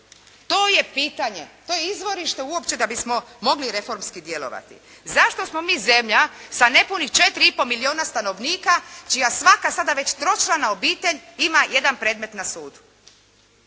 To je pitanje. To je izvorište uopće da bismo mogli reformski djelovati. Zašto smo mi zemlja sa nepunih četiri i pol milijuna stanovnika čija svaka sada tročlana obitelj ima jedan predmet na sudu.